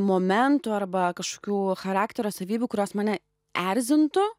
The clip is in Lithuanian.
momentų arba kažkokių charakterio savybių kurios mane erzintų